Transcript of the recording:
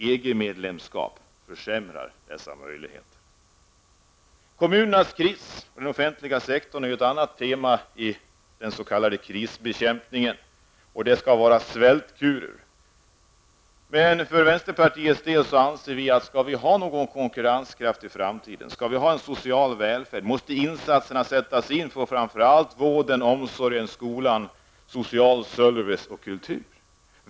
Ett EG-medlemskap försämrar dessa möjligheter. Kommunernas kris och den offentliga sektorn är ett annat tema i den s.k. krisbekämpningen. Det skall vara svältkur nu. Vi i vänsterpartiet anser att skall vi ha någon konkurrenskraft och social välfärd måste insatserna sättas in inom vård, omsorg, skola, social service och kultur.